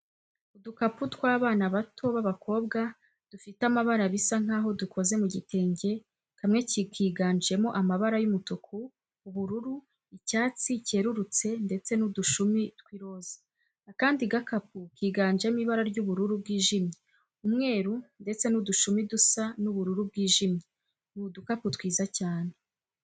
Udukapu tw'abana bato b'abakobwa dufite amabara bisa nk'aho dukoze mu gitenge; kamwe kiganjemo amabara y'umutuku, ubururu, icyatsi cyerurutse ndetse n'udushumi tw'iroza. Akandi gakapu kiganjemo ibara ry'ubururu bwijimye, umweru ndetse n'udushumi dusa n'ubururu bwijimye. Ni udukapu twiza cyane.